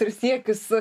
ir siekius